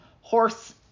horse-